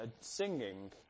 singing